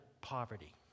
poverty